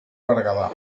berguedà